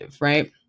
right